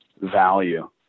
value